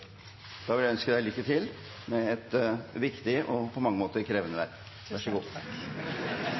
Da vil jeg ønske deg lykke til med et viktig og på mange måter krevende